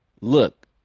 look